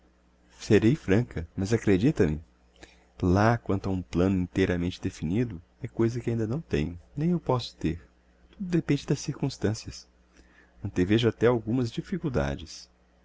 serei franca mas acredita me lá quanto a um plano inteiramente definido é coisa que ainda não tenho nem o posso ter tudo depende das circumstancias antevejo até algumas difficuldades